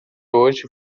hoje